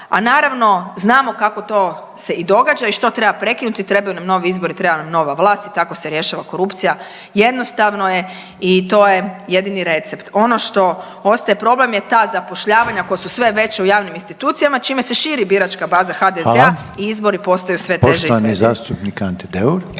a naravno znamo kako to se i događa i što treba prekinuti i trebaju nam novi izbori i treba nam nova vlast i tako se rješava korupcija, jednostavno je i to je jedini recept. Ono što ostaje problem je ta zapošljavanja koja su sve veća u javnim institucijama čime se šire biračka baza HDZ-a i izbori postaju sve teže…/Govornik